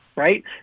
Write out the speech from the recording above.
right